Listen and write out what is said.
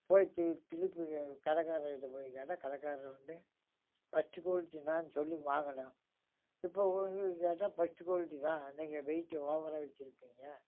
போய் தி திருப்பி கடைக்காரருக்கிட்ட கேட்டால் கடைக்காரரு வந்து பஸ்ட் குவாலிட்டி தான் சொல்லி வாங்கினேன் இப்போ போய் போய் கேட்டால் பஸ்ட் குவாலிட்டி தான் நீங்கள் வெயிட்டு ஓவராக வச்சிருப்பீங்க